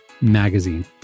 magazine